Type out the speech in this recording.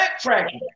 backtrack